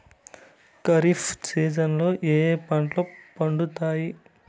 ఖరీఫ్ సీజన్లలో ఏ ఏ పంటలు పండుతాయి